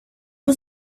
was